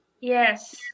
Yes